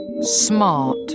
smart